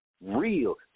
real